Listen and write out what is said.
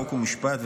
חוק ומשפט,